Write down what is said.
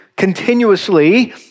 continuously